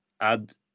add